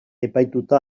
epaituta